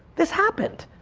this happened.